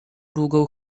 długą